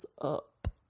up